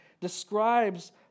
describes